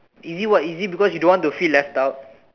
easy what is it because you don't want to feel left out